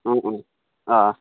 অ অ অ অ